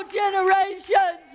generations